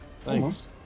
Thanks